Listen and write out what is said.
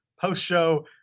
post-show